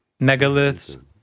Megaliths